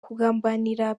kugambanira